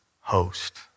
host